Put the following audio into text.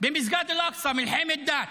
במסגד אל-אקצא, מלחמת דת.